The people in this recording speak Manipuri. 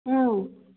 ꯎꯝ